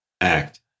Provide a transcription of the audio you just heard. act